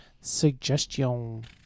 suggestion